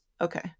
okay